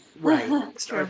Right